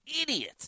idiot